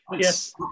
yes